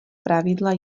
zpravidla